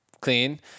clean